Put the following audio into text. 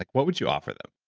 like what would you offer them?